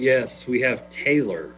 yes we have taylor